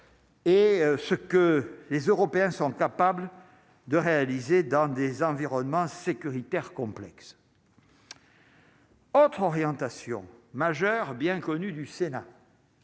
Est ce que les Européens sont capables de réaliser dans des environnements sécuritaire complexe. Autre orientation majeures bien connu du Sénat.